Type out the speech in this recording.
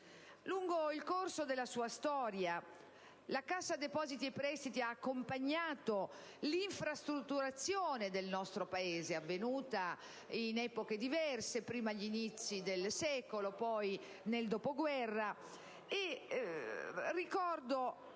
Lungo il corso della sua storia, la Cassa depositi e prestiti ha accompagnato l'infrastrutturazione del nostro Paese, avvenuta in epoche diverse, prima agli inizi del secolo, poi nel dopoguerra. Ricordo a